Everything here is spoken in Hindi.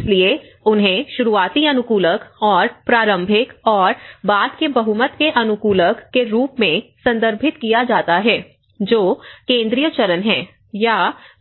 इसलिए इन्हें शुरुआती अनुकूलक और प्रारंभिक और बाद के बहुमत के अनुकूलक के रूप में संदर्भित किया जाता है जो केंद्रीय चरण है या